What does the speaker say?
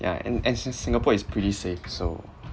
yeah and and sing~ singapore is pretty safe so